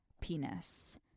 penis